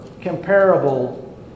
comparable